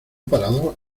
paraba